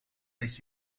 met